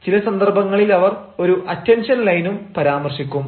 ചില സന്ദർഭങ്ങളിൽ അവർ ഒരു അറ്റൻഷൻ ലൈനും പരാമർശിക്കും